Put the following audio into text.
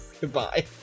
Goodbye